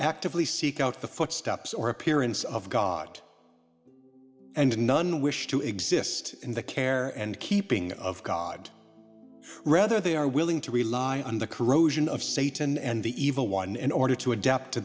actively seek out the footsteps or appearance of god and none wish to exist in the care and keeping of god rather they are willing to rely on the corrosion of satan and the evil one in order to adapt to